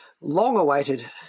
long-awaited